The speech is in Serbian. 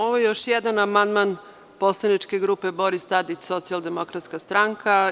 Ovo je još jedan amandman poslaničke grupe Boris Tadić – Socijaldemokratska stranka.